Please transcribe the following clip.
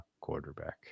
quarterback